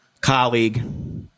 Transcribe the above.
colleague